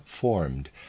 formed